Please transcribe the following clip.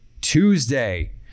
Tuesday